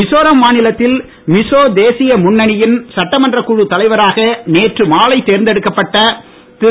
மிசோரம் மாநிலத்தில் மிசோ தேசிய முன்னணியின் சட்டமன்றக் குழு தலைவராக நேற்று மாலை தேர்ந்தெடுக்கப்பட்ட திரு